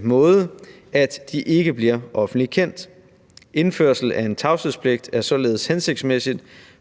måde, at de ikke bliver offentligt kendt. Indførelse af en tavshedspligt er således hensigtsmæssigt